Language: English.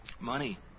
Money